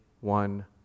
one